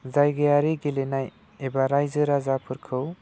जायगायारि गेलेनाय एबा रायजो राजाफोरखौ